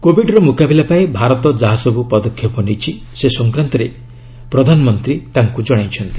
କୋବିଡ୍ର ମୁକାବିଲା ପାଇଁ ଭାରତ ଯାହାସବୁ ପଦକ୍ଷେପ ନେଇଛି ସେ ସଂକ୍ରାନ୍ତରେ ପ୍ରଧାନମନ୍ତ୍ରୀ ଜଣାଇଛନ୍ତି